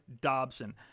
Dobson